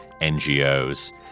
NGOs